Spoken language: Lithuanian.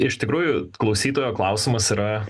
iš tikrųjų klausytojo klausimas yra